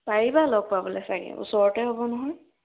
পাৰিবা লগ পাবলৈ চাগে ওচৰতে হ'ব নহয়